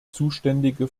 zuständige